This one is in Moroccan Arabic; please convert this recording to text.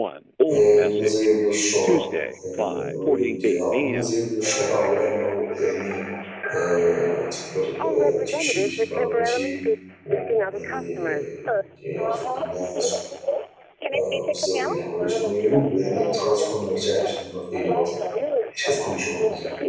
المزايا ديال الشهرة والعيوب ديالها المزايا ديال الشهرة هو انه يعني تقدر تمشي فينما بغيتي ويعني اعرفوك الناس وبزاف ديال الحوايج او العيوب يعني تقدر تكون ممرتاحش ديما في اي بلاصة حيت كتكون مشهور بزاف